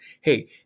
hey